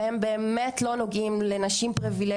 והם באמת לא נוגעים פריבילגיות,